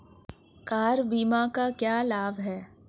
Car बीमा का क्या लाभ है?